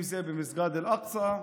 אם זה במסגד אל-אקצא,